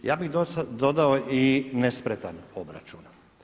Ja bi dodao i nespretan obračun.